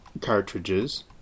cartridges